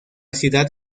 ciudad